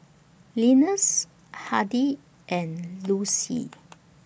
Linus Hardie and Lucy